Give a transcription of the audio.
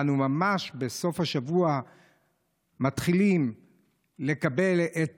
בסוף השבוע אנו מתחילים לקבל את